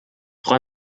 freue